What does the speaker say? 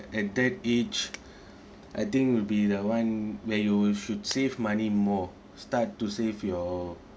at that age I think will be the one where you should save money more start to save your